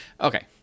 Okay